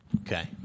Okay